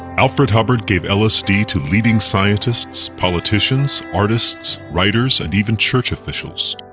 alfred hubbard gave lsd to leading scientists, politicians, artists, writers and even church officials.